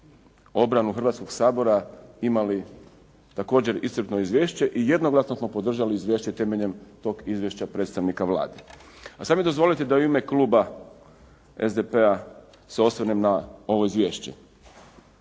obranu Hrvatskoga sabora imali također iscrpno izvješće i jednoglasno smo podržali izvješće temeljem tog izvješća predstavnika Vlade. A sada mi dozvolite da u ime kluba SDP-a se osvrnem na ovo izvješće.